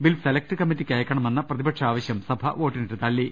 bill select കമ്മറ്റിക്ക് അയക്കണമെന്ന പ്രതിപക്ഷ ആവശ്യം സഭ വോട്ടിനിട്ട് തള്ളി